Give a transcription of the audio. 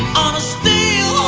on a steel